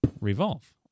revolve